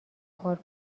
پارک